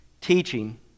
teaching